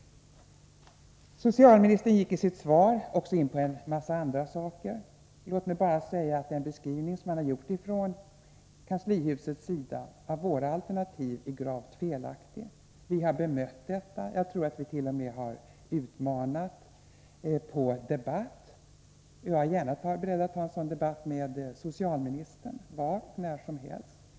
Socialministern gick i sitt svar också in på en mängd andra saker. Låt mig bara nämna att den beskrivning som man har gjort från kanslihusets och socildemokraternas sida av våra alternativ är gravt felaktig. Vi har bemött detta, och jag tror att vit.o.m. har utmanat till debatt. Jag är beredd att ta en sådan debatt med socialministern var och när som helst.